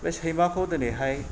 बे सैमाखौ दिनैहाय